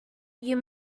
you